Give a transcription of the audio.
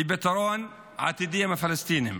לפתרון עתידי עם הפלסטינים,